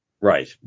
Right